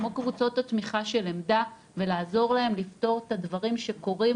כמו קבוצות התמיכה של עמד"א ולעזור להם לפתור את הדברים שקורים